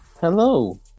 Hello